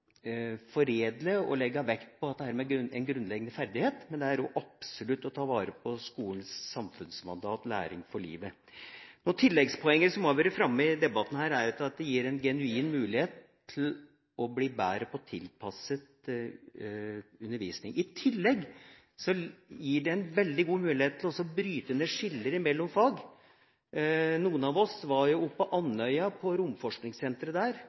foredle og legge vekt på dette med en grunnleggende ferdighet, men det er absolutt å ta vare på skolens samfunnsmandat, læring for livet. Tilleggspoeng som har vært framme i debatten her, er at det gir en genuin mulighet til å bli bedre på tilpasset undervisning. Det gir også en veldig god mulighet til å bryte ned skiller mellom fag. Noen av oss var på Andøya, på romforskningssenteret der,